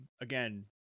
again